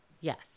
Yes